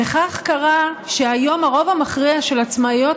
וכך קרה שהיום הרוב המכריע של עצמאיות